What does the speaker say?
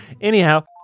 anyhow